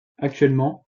actuellement